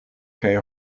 kaj